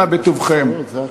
אנא בטובכם.